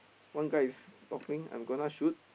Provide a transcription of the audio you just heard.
one guy is talking I'm gonna shoot